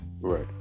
right